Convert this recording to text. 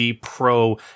pro